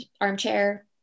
armchair